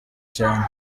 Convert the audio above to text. cyane